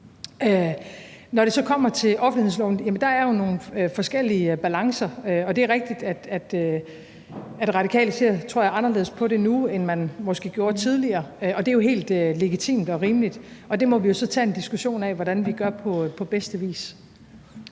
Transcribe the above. Når det så kommer til offentlighedsloven, er der jo nogle forskellige balancer. Og det er rigtigt, at Radikale Venstre, tror jeg, ser anderledes på det nu, end man måske gjorde tidligere, og det er jo helt legitimt og rimeligt. Det må vi så tage en diskussion af hvordan vi løser på bedste vis.